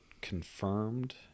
confirmed